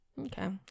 Okay